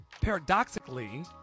Paradoxically